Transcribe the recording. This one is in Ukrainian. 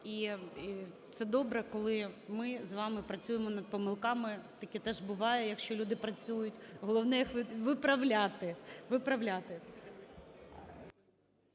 І це добре, коли ми з вами працюємо над помилками, таке теж буває, якщо люди працюють, головне їх виправляти,